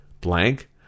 blank